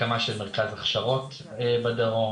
הקמה של מרכז הכשרות בדרום,